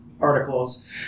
articles